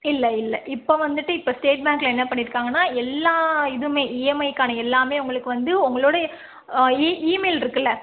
இல்லை இல்லை இப்போ வந்துவிட்டு இப்போ ஸ்டேட் பேங்க்கில் என்ன பண்ணிருக்காங்கன்னா எல்லா இதுவுமே இஎம்ஐக்கான எல்லாமே உங்களுக்கு வந்து உங்களோட இ இமெயில் இருக்குல்ல